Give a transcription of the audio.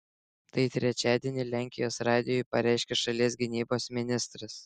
tai trečiadienį lenkijos radijui pareiškė šalies gynybos ministras